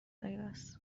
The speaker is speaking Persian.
وگاس